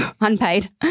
unpaid